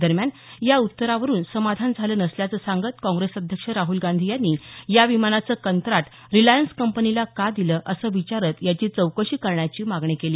दरम्यान या उत्तरावरुन समाधान झालं नसल्याचं सांगत काँग्रेस अध्यक्ष राहुल गांधी यांनी या विमानाचं कंत्राट रिलायन्स कंपनीला का दिलं असं विचारत याची चौकशी करण्याची मागणी केली